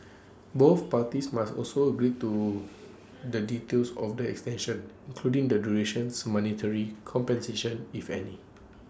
both parties must also agree to the details of the extension including the durations monetary compensation if any